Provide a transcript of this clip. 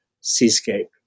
seascape